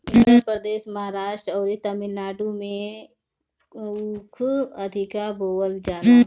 उत्तर प्रदेश, महाराष्ट्र अउरी तमिलनाडु में ऊख अधिका बोअल जाला